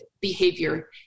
behavior